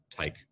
take